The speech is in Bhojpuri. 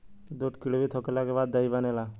दूध किण्वित होखला के बाद दही बनेला